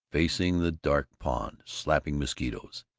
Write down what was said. facing the dark pond, slapping mosquitos.